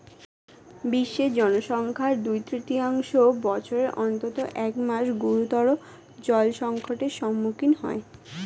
বিশ্বের জনসংখ্যার দুই তৃতীয়াংশ বছরের অন্তত এক মাস গুরুতর জলসংকটের সম্মুখীন হয়